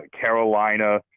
Carolina